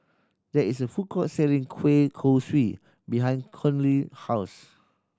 there is a food court selling kueh kosui behind Conley house